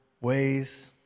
ways